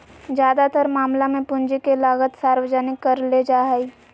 ज्यादातर मामला मे पूंजी के लागत सार्वजनिक करले जा हाई